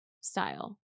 style